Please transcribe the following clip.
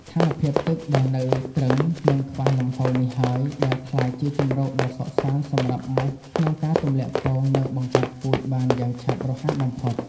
ស្ថានភាពទឹកដែលនៅទ្រឹង និងខ្វះលំហូរនេះហើយ ដែលក្លាយជាជម្រកដ៏សុខសាន្តសម្រាប់មូសក្នុងការទម្លាក់ពង និងបង្កាត់ពូជបានយ៉ាងឆាប់រហ័សបំផុត។